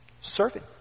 serving